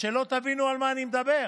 על מה אני מדבר: